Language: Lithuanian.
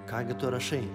ką gi tu rašai